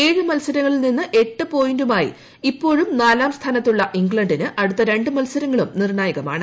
ഏഴ് മത്സരങ്ങളിൽ നിന്ന് എട്ട് പോയിന്റുമായി ഇപ്പോഴും നാലാം സ്ഥാനത്തുള്ള ഇംഗ്ലണ്ടിന് അടുത്ത രണ്ട് മത്സരങ്ങളും നിർണ്ണായകമാണ്